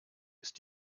ist